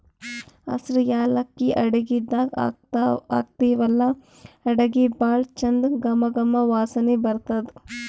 ಹಸ್ರ್ ಯಾಲಕ್ಕಿ ಅಡಗಿದಾಗ್ ಹಾಕ್ತಿವಲ್ಲಾ ಅಡಗಿ ಭಾಳ್ ಚಂದ್ ಘಮ ಘಮ ವಾಸನಿ ಬರ್ತದ್